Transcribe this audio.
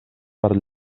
per